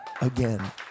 again